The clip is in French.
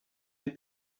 des